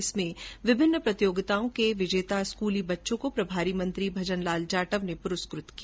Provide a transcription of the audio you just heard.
इसमें विभिन्न प्रतियोगिता के विजेता स्कूली बच्चों को प्रभारी मंत्री भजन लाल जाटव ने पुरस्कृत किया